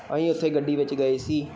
ਅਸੀਂ ਉੱਥੇ ਗੱਡੀ ਵਿੱਚ ਗਏ ਸੀ